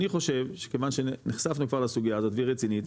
אני חושב שכיוון שנחשפנו כבר לסוגיה הזאת והיא רצינית,